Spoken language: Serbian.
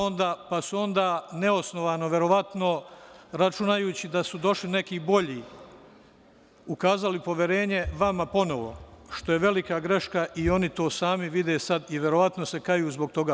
Onda su neosnovano, verovatno, računajući da su došli neki bolji ukazali poverenje vama ponovo, što je velika greška i oni to sami vide i verovatno se sada kaju zbog toga.